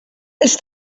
els